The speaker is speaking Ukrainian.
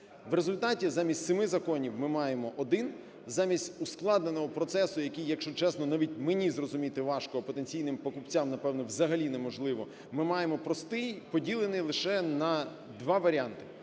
В результаті замість семи законів ми маємо один, замість ускладненого процесу, який, якщо чесно, навіть мені зрозуміти важко, а потенційним покупцям, напевно, взагалі неможливо. Ми маємо простий, поділений лише на два варіанти: